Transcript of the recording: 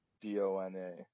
D-O-N-A